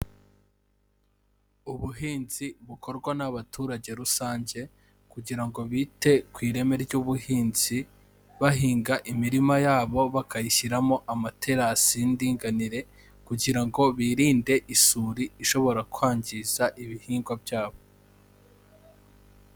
Ubuhinzi bukorwa n'abaturage rusange kugira ngo bite ku ireme ry'ubuhinzi, bahinga imirima yabo bakayishyiramo amaterasi y'indinganire kugira ngo birinde isuri ishobora kwangiza ibihingwa byabo.